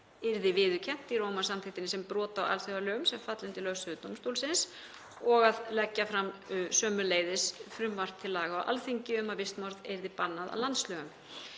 yrði viðurkennt í Rómarsamþykktinni sem brot á alþjóðalögum sem falla undir lögsögu dómstólsins og að leggja fram sömuleiðis frumvarp til laga á Alþingi um að vistmorð yrði bannað að landslögum.